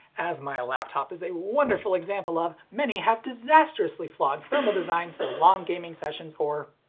as my laptop is a wonderful example of, many have disastrously flawed thermal designs so long gaming sessions or.